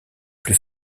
plus